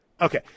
Okay